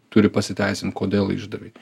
turi pasiteisint kodėl išdavei